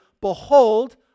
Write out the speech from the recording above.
Behold